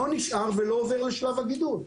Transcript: לא נשאר ולא עובר לשלב הגידול.